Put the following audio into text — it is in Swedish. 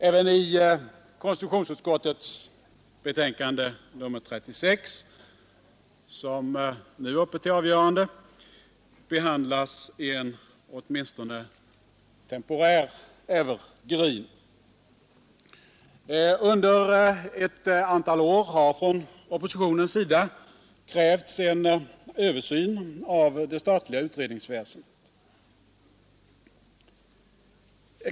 Även i konstitutionsutskottets betänkande nr 36, som nu är uppe till avgörande, behandlas en åtminstone temporär evergreen. Under ett antal år har från oppositionens sida krävts en översyn av det statliga utredningsväsendet.